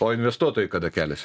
o investuotojai kada keliasi